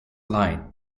light